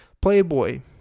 Playboy